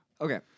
Okay